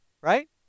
Right